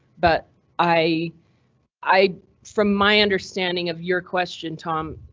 but i i from my understanding of your question tom,